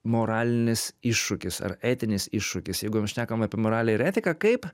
moralinis iššūkis ar etinis iššūkis jeigu mes šnekam apie moralę ir etiką kaip